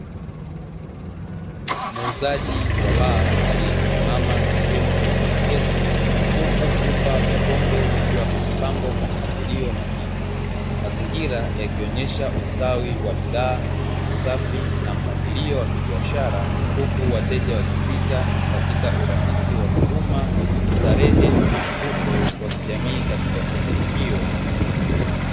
Muuzaji wa baa aliyesimama sehemu ya mapokezi huku vyupa vya pombe vikiwa vimepangwa kwa mpangilio makini. Mazingira yakionyesha ustawi wa bidhaa, usafi na mpangilio wa kibiashara huku wateja wakipita katika urahisi wa huduma, starehe na mvuto wa kijamii katika sehemu hiyo.